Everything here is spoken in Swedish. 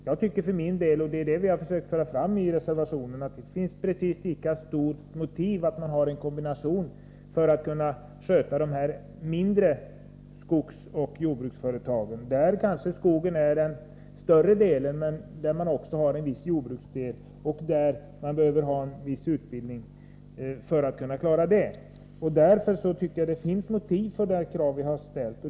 Jag tycker för min del — och det är det vi har försökt föra fram i reservationen — att det finns precis lika starka motiv för att ha en kombination för dem som skall kunna sköta de mindre skogsoch jordbruksföretagen. Där kanske skogen är den större delen, men det kan också finnas en viss jordbruksdel som man behöver ha en särskild utbildning för att kunna klara. Därför tycker jag att det finns motiv för de krav vi har ställt.